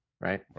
right